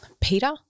Peter